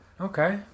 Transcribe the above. Okay